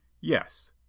Yes